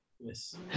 Yes